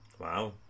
Wow